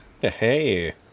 hey